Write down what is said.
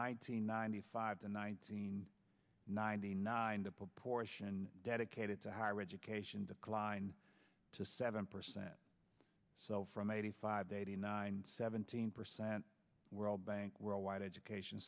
hundred ninety five to nineteen ninety nine the proportion dedicated to higher education declined to seven percent so from eighty five eighty nine seventeen percent world bank world wide education